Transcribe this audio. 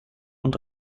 und